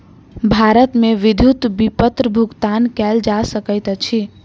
भारत मे विद्युत विपत्र भुगतान कयल जा सकैत अछि